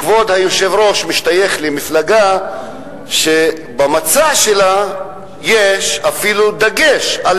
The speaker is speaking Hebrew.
כבוד היושב ראש משתייך למפלגה שבמצע שלה יש אפילו דגש על